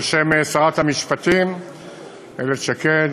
בשם שרת המשפטים איילת שקד,